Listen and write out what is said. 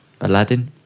Aladdin